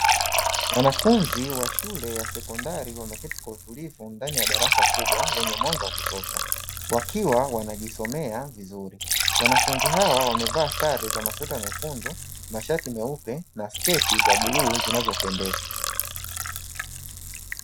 Wanafunzi wa shule ya sekondari wameketi kwa utulivu ndani ya darasa kubwa lenye mwanga wa kutosha, wakiwa wanajisomea vizuri. Wanafunzi hawa wamevaa sare za masweta mekundu, mashati meupe, na sketi za bluu zinazopendeza.